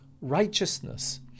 righteousness